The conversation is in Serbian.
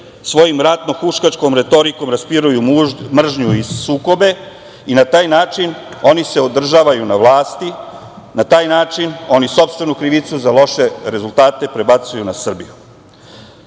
svojim ratno-huškačkom retorikom raspiruju mržnju i sukobe i na taj način oni se održavaju na vlasti, na taj način oni sopstvenu krivicu za loše rezultate prebacuju na Srbiju. Takva